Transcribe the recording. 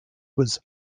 was